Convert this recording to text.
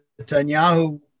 Netanyahu